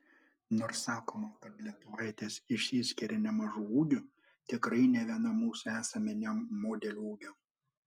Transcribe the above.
nors sakoma kad lietuvaitės išsiskiria nemažu ūgiu tikrai ne viena mūsų esame ne modelių ūgio